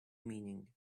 meaning